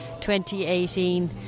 2018